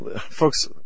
folks